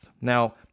Now